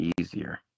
easier